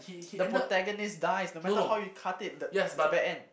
the protagonist dies no matter how you cut it the it's a bad end